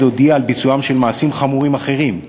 הודיע על ביצועם של מעשים חמורים אחרים,